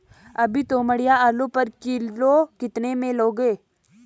अभी तोमड़िया आलू पर किलो कितने में लोगे?